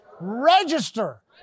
register